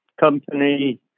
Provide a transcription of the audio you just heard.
company